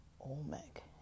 Olmec